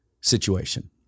situation